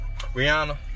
Rihanna